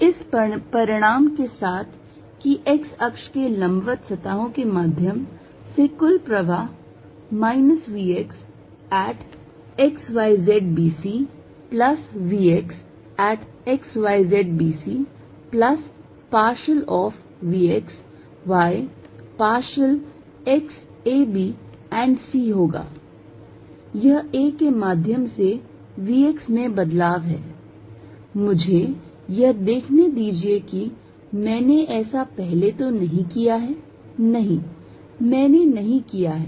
इस परिणाम के साथ कि x अक्ष पर लंबवत सतहों के माध्यम से कुल प्रवाह minus vx at x y z b c plus vx at x y z b c plus partial of vx y partial x a b and c होगा यह a के माध्यम से vx में बदलाव है मुझे यह देखने दीजिए कि मैंने ऐसा पहले तो नहीं किया है नहीं मैंने नहीं किया है